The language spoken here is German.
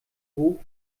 hoch